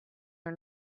are